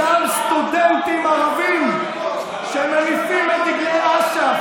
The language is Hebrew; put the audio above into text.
אותם סטודנטים ערבים שמניפים את דגלי אש"ף